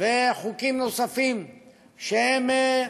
וחוקים נוספים שהם,